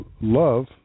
love